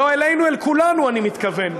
לא אלינו, אל כולנו אני מתכוון.